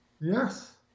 Yes